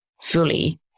fully